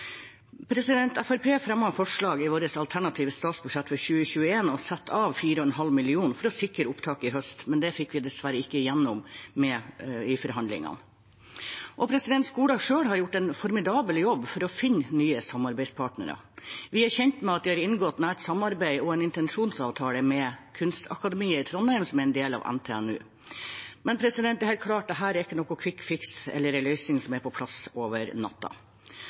i sitt alternative statsbudsjett for 2021 forslag om å sette av 4,5 mill. kr for å sikre opptak i høst, men det fikk vi dessverre ikke gjennom i forhandlingene. Skolen selv har gjort en formidabel jobb for å finne nye samarbeidspartnere. Vi er kjent med at de har inngått nært samarbeid og en intensjonsavtale med Kunstakademiet i Trondheim, som er en del av NTNU. Men det er helt klart at dette ikke er noen kvikkfiks eller en løsning som er på plass over